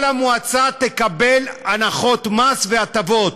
כל המועצה תקבל הנחות מס והטבות.